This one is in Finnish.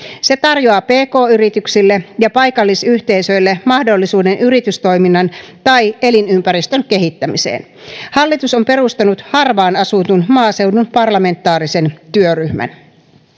se tarjoaa pk yrityksille ja paikallisyhteisöille mahdollisuuden yritystoiminnan tai elinympäristön kehittämiseen hallitus on perustanut harvaan asutun maaseudun parlamentaarisen työryhmän